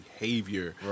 behavior